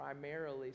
primarily